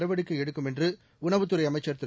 நடவடிக்கை எடுக்கும் என்று உணவுத்துறை அமைச்சர் திரு